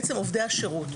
בעצם עובדי השירות.